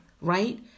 right